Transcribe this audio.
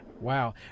Wow